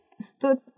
Stood